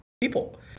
people